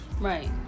Right